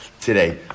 today